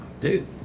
Dude